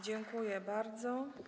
Dziękuję bardzo.